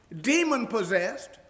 demon-possessed